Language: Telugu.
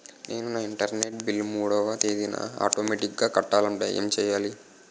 నేను నా ఇంటర్నెట్ బిల్ మూడవ తేదీన ఆటోమేటిగ్గా కట్టాలంటే ఏం చేయాలి?